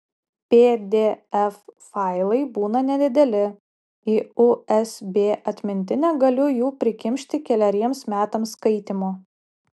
pdf failai būna nedideli į usb atmintinę galiu jų prikimšti keleriems metams skaitymo